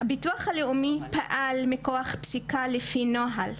ביטוח הלאומי פעל מכוח פסיקה לפי נוהל.